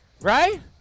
right